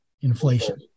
inflation